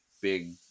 big